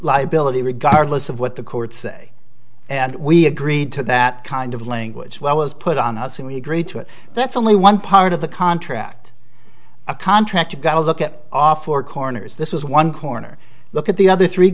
liability regardless of what the courts and we agreed to that kind of language well was put on us and we agreed to it that's only one part of the contract a contract you got to look at off four corners this was one corner look at the other three